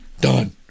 done